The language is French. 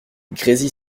grésy